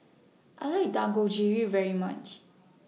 I like Dangojiru very much